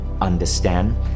understand